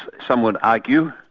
some would argue,